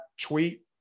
tweet